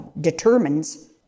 determines